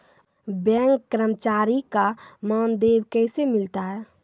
Bank कर्मचारी का मानदेय कैसे मिलता हैं?